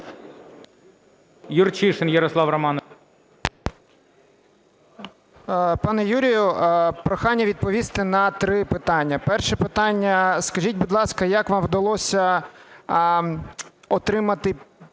Юрчишин Ярослав Романович.